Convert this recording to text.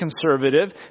conservative